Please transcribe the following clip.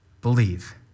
believe